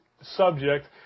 subject